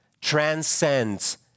transcends